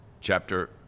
chapter